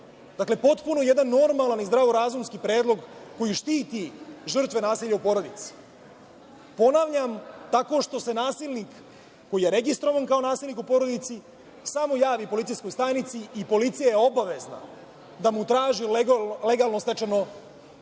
Dakle, potpuno jedan normalan i zdravorazumski predlog koji štiti žrtve nasilja u porodici, ponavljam, tako što se nasilnik, koji je registrovan kao nasilnik u porodici, samo javi policijskoj stanici i policija je obavezna da mu traži legalno stečeno naoružanje.